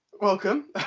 Welcome